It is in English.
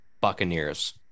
Buccaneers